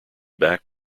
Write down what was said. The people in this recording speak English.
back